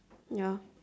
ya